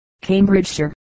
Cambridgeshire